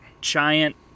giant